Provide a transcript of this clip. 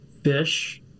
fish